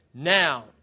Now